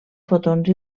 fotons